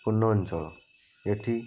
ପୂର୍ଣ୍ଣ ଅଞ୍ଚଳ ଏଠି